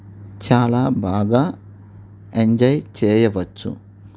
చాలా బాగా ఎంజాయ్ చేయవచ్చు